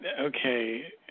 okay